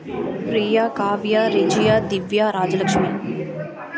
Priya Kavya Rejiya Divya Rajalakshmi